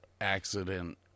accident